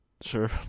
Sure